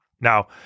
Now